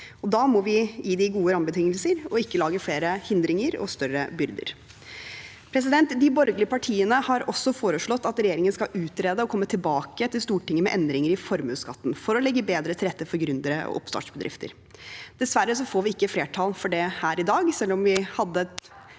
Da må vi gi dem gode rammebetingelser og ikke lage flere hindringer og større byrder. De borgerlige partiene har også foreslått at regjeringen skal utrede og komme tilbake til Stortinget med endringer i formuesskatten, for å legge bedre til rette for gründere og oppstartsbedrifter. Dessverre får vi ikke flertall for det her i dag. Selv om vi hadde